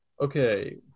Okay